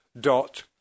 dot